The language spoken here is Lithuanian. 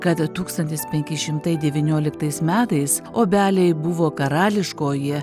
kada tūkstantis penki šimtai devynioliktais metais obeliai buvo karališkoji